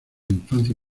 infancia